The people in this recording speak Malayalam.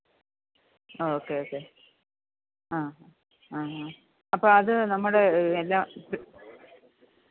ഓക്കെ ഓക്കെ അ അ അപ്പം അത് നമ്മുടെ എല്ലാം